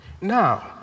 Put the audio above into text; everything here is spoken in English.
Now